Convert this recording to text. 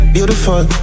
Beautiful